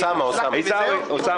עיסאווי, עיסאווי.